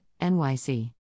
NYC